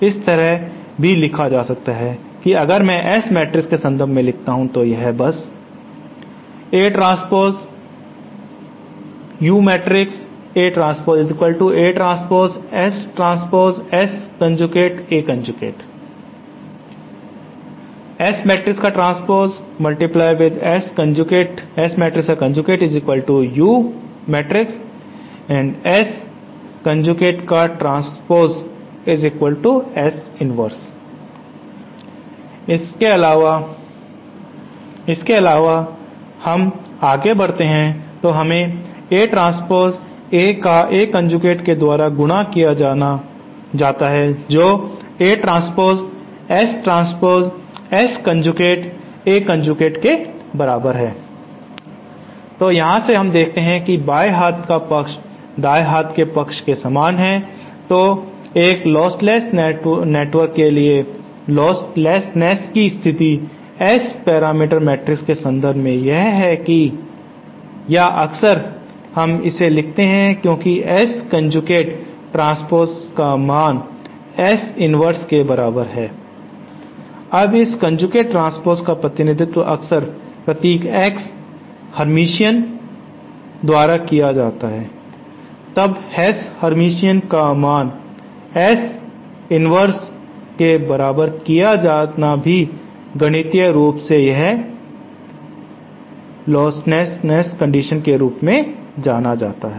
इस तरह भी लिखा जा सकता है कि अगर मैं S मैट्रिक्स के संदर्भ में लिखता हूं तो यह बस इसके अलावा कर हम आगे बढ़ते हैं तो हमें A ट्रांस्पोस A का A कोंजूगेट के द्वारा गुणा किया जाता है जो A ट्रांस्पोस S ट्रांस्पोस के S कोंजूगेट के बराबर है तो यहां से हम देखते हैं कि बाएं हाथ का पक्ष दाएं हाथ के पक्ष के समान है तो एक लोस्टलेस नेटवर्क के लिए लोस्टलेसनेस की स्थिति S पैरामीटर मैट्रिक्स के संदर्भ में यह है या अक्सर हम इसे लिखते हैं क्योंकि S कोंजूगेट ट्रांस्पोसे का मान S इनवर्स के बराबर है अब इस कोंजूगेट ट्रांस्पोसे का प्रतिनिधित्व अक्सर प्रतीक S हरमतिअन SH द्वारा किया जाता है तब S हरमतिअन का मान S इनवर्स के बराबर किया जाना भी गणितीय रूप से यह उनिटरी कंडीशन के रूप में जाना जाता है